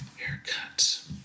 Haircut